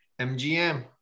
MGM